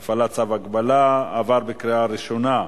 (הפעלת צו הגבלה), התשע"א 2011,